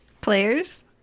Players